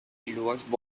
chipperfield